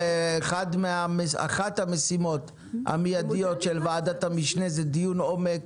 ואחת המשימות המיידיות של ועדת המשנה היא דיון עומק